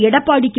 Edappadi K